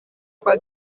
kwa